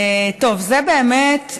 תודה, אדוני.